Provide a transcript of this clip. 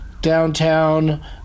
downtown